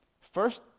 First